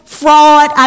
fraud